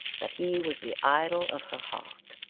that he was the idol of her heart,